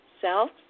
self